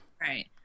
right